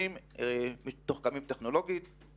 מתבצע ללא שיתוף בידע,